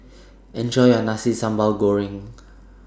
Enjoy your Nasi Sambal Goreng